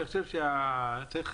צריך